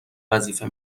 وظیفه